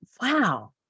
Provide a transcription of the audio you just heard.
Wow